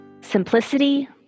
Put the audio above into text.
Simplicity